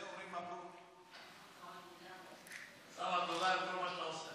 חוק הביטוח הלאומי (תיקון מס' 218, הוראת שעה)